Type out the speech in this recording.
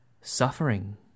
suffering